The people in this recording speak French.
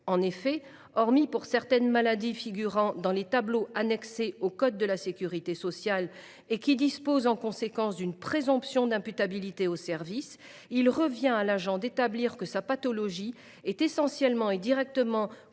En effet, hormis pour certaines maladies figurant dans les tableaux annexés au code de la sécurité sociale, lesquelles font en conséquence l’objet d’une présomption d’imputabilité au service, il revient à l’agent d’établir que sa pathologie est essentiellement et directement causée